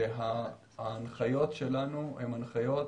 שההנחיות שלנו הן הנחיות